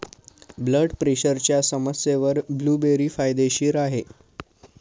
blood प्रेशरच्या समस्येवर blueberry फायदेशीर आहे